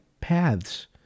paths